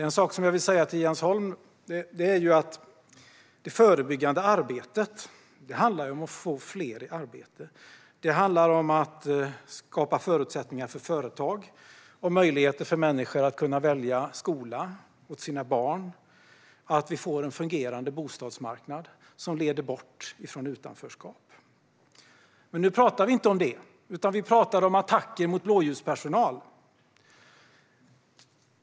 En sak som jag vill säga till Jens Holm är att det förebyggande arbetet handlar om att få fler i arbete, att skapa förutsättningar för företag och möjligheter för människor att välja skola åt sina barn och att vi får en fungerande bostadsmarknad som leder bort från utanförskap. Men nu talar vi inte om detta utan om attacker mot blåljuspersonal.